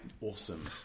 awesome